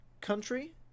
country